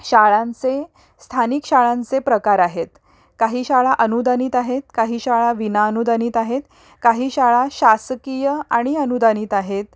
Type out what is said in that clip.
शाळांचे स्थानिक शाळांचे प्रकार आहेत काही शाळा अनुदानित आहेत काही शाळा विनाअनुदानित आहेत काही शाळा शासकीय आणि अनुदानित आहेत